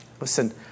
Listen